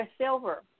silver